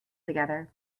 together